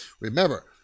remember